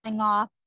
off